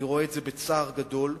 אני רואה את זה בצער גדול,